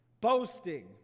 Boasting